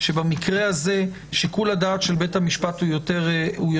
שבמקרה הזה, שיקול הדעת של בית המשפט יותר מובנה.